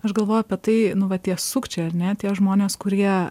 aš galvoju apie tai nu va tie sukčiai ar ne tie žmonės kurie